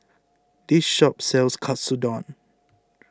this shop sells Katsudon